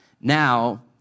now